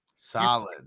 Solid